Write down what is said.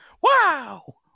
Wow